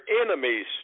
enemies